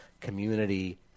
community